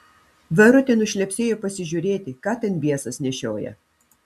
verutė nušlepsėjo pasižiūrėti ką ten biesas nešioja